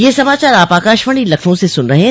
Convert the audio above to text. ब्रे क यह समाचार आप आकाशवाणी लखनऊ से सून रहे हैं